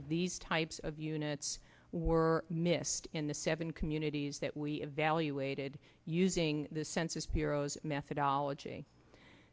of these types of units were missed in the seven communities that we evaluated using the census bureau's methodology